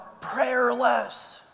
prayerless